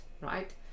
right